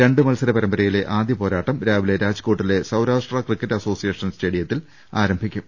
രണ്ട് മത്സര പരമ്പരയിലെ ആദ്യ പോരാട്ടം രാവിലെ രാജ് കോട്ടിലെ സൌരാഷ്ട്രികിക്കറ്റ് അസോസിയേഷൻ സ്റ്റേഡിയത്തിൽ ആരംഭിക്കും